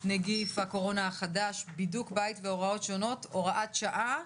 (נגף הקורונה החדש) (בידוד בית והוראות שונות) (הוראת שעה)